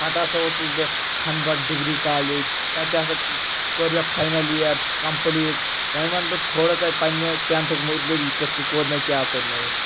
پَتہٕ ہَسا اوسُس بہٕ کھَنٛبَل ڈگری کالَیج تَتہِ ہَسا کوٚر مےٚ فاینَل یِیَر کَمپٕلیٖٹ وۄنۍ وَنہٕ بہٕ تھوڑا تۄہہِ پنٛنہِ ٹؠنتھُک مُتلِق یہِ کتھ کٔنۍ کوٚر مےٚ کیاہ کوٚر مےٚ یہِ